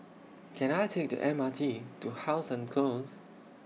Can I Take The M R T to How Sun Close